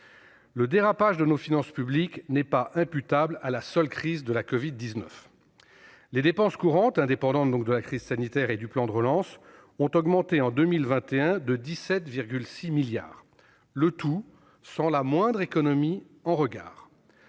Le dérapage de nos finances publiques n'est pas imputable à la seule crise de la covid-19. Les dépenses courantes, indépendantes de la crise sanitaire et du plan de relance, ont augmenté en 2021 de 17,6 milliards d'euros, le tout sans la moindre économie en regard.